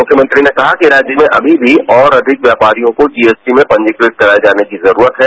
मुख्यमंत्री ने कहा कि राज्य में अभी भी और अधिक व्यापारियों को जीएसटी में पंजीकृत कराये जाने की जरूरत है